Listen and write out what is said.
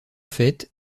fait